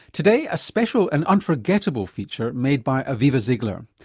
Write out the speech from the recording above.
today a special and unforgettable feature made by aviva ziegler.